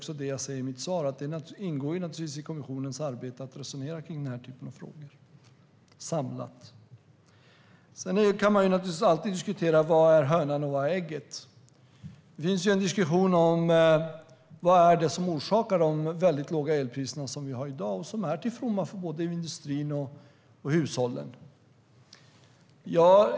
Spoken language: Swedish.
Som jag säger i mitt svar ingår det naturligtvis i kommissionens arbete att resonera samlat kring den här typen av frågor. Man kan alltid diskutera vad som är hönan och vad som är ägget. Det finns en diskussion om vad som orsakar de mycket låga elpriser som vi har i dag, som är till fromma för både industrin och hushållen.